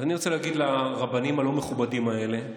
אז אני רוצה להגיד לרבנים הלא-מכובדים האלה,